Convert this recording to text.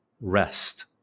rest